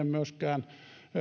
myöskään